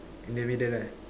in the middle lah